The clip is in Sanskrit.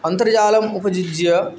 अन्तर्जालम् उपयुज्य